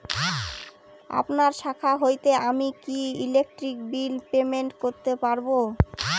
আপনার শাখা হইতে আমি কি ইলেকট্রিক বিল পেমেন্ট করতে পারব?